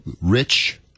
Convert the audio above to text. rich